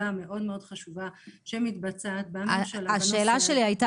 המאוד חשובה שמתבצעת בממשלה בנושא --- השאלה שלי הייתה